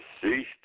deceased